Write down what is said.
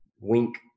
wink